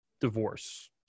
divorce